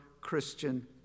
christian